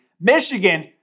Michigan